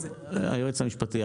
היועץ המשפטי,